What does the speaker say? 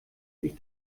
ich